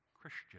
Christian